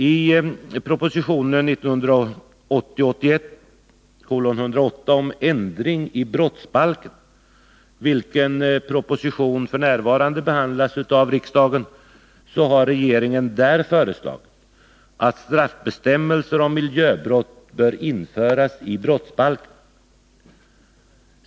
I proposition 1980/81:108 om ändring i brottsbalken, som f. n. behandlas av riksdagen, har regeringen föreslagit att straffbestämmelser om miljöbrott skall införas i brottsbalken.